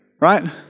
right